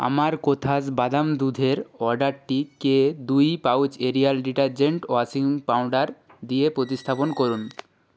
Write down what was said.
আমার কোথাস বাদাম দুধের অর্ডারটিকে দুই pouch Ariel detergent washing powder দিয়ে প্রতিস্থাপন করুন